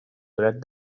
dret